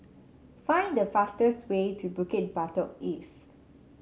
find the fastest way to Bukit Batok East